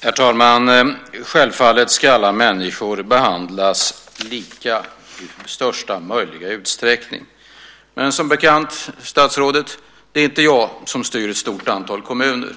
Herr talman! Självfallet ska alla människor i största möjliga utsträckning behandlas lika. Men, statsrådet, det är som bekant inte jag som styr i ett stort antal kommuner.